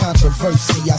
Controversy